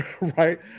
right